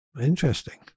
Interesting